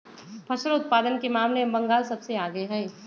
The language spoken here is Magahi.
फसल उत्पादन के मामले में बंगाल सबसे आगे हई